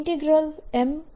dS ની બરાબર થશે